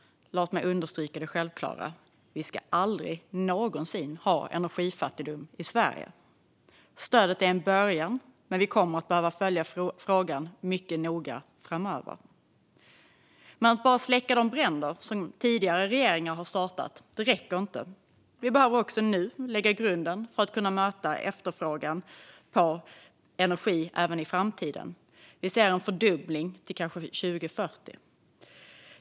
Låt mig understryka det självklara: Vi ska aldrig någonsin ha energifattigdom i Sverige. Stödet är en början, men vi kommer att behöva följa frågan mycket noga framöver. Att bara släcka de bränder som tidigare regeringar har startat räcker inte. Vi behöver också lägga grunden för att kunna möta efterfrågan på energi även i framtiden. Vi ser en fördubbling till kanske 2040.